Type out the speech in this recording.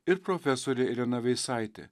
ir profesorė irena veisaitė